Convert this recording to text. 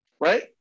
Right